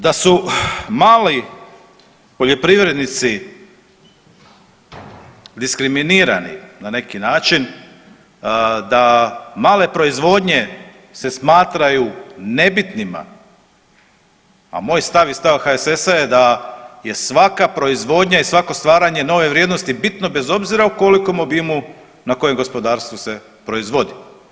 Da su mali poljoprivrednici diskriminirani na neki način, da male proizvodnje se smatraju nebitnima, a moj stav i stav HSS-a je da je svaka proizvodnja i svako stvaranje nove vrijednosti bitno bez obzira u kolikom obimu, na kojem gospodarstvu se proizvodi.